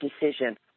decision